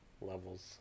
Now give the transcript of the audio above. levels